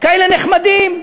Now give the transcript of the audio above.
כאלה נחמדים.